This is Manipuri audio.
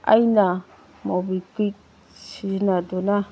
ꯑꯩꯅ ꯃꯣꯕꯤꯛꯋꯤꯛ ꯁꯤꯖꯤꯟꯅꯗꯨꯅ